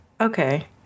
Okay